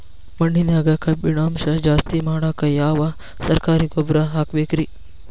ಮಣ್ಣಿನ್ಯಾಗ ಕಬ್ಬಿಣಾಂಶ ಜಾಸ್ತಿ ಮಾಡಾಕ ಯಾವ ಸರಕಾರಿ ಗೊಬ್ಬರ ಹಾಕಬೇಕು ರಿ?